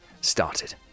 started